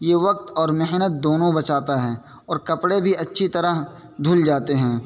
یہ وقت اور محنت دونوں بچاتا ہے اور کپڑے بھی اچھی طرح دھل جاتے ہیں